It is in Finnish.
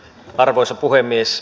arvoisa puhemies